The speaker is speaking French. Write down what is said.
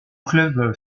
club